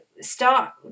start